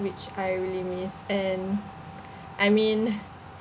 which I really miss and I mean